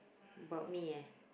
about me eh